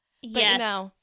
Yes